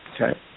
Okay